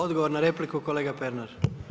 Odgovor na repliku kolega Pernar.